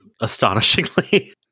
astonishingly